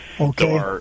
Okay